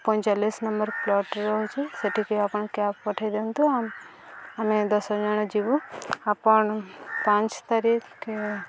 ପଇଁଚାଳିଶ number plot ରହୁଛି ସେଠିକି ଆପଣ କ୍ୟାବ୍ ପଠେଇଦିଅନ୍ତୁ ଆମେ ଦଶ ଜଣ ଯିବୁ ଆପଣ ପାଞ୍ଚ ତାରିଖ